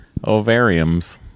ovariums